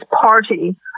party